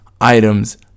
items